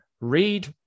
read